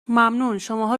ممنونشماها